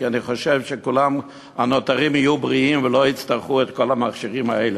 כי אני חושב שהנותרים יהיו בריאים ולא יצטרכו את כל המכשירים האלה.